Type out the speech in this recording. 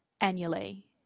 annually